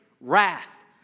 wrath